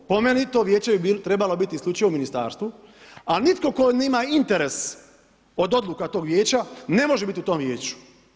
Po meni bi to vijeće bi trebalo biti isključivo u ministarstvu, a nitko tko nema interes od odluka tog vijeća ne može biti u tom vijeću.